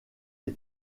est